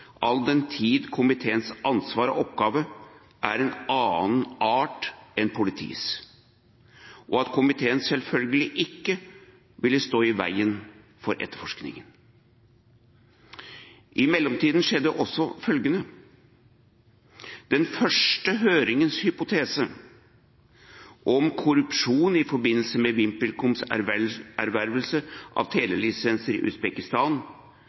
all den tid komiteens ansvar og oppgave er av en annen art enn politiets, og komiteen ville selvfølgelig ikke stå i veien for etterforskningen. I mellomtiden skjedde også følgende: Den første høringens hypotese om korrupsjon i forbindelse med VimpelComs ervervelse av telelisenser i Usbekistan